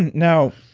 and now,